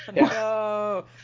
No